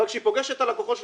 אבל כשהיא פוגשת את הלקוחות שלה,